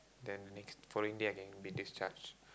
then the next following day I can be discharged